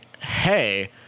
hey